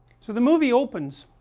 so the movie opens,